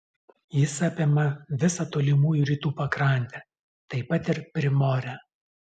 jis apima visą tolimųjų rytų pakrantę taip pat ir primorę